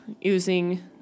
using